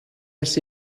ers